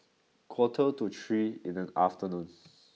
quarter to three in the afternoon